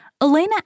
Elena